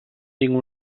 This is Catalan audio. tinc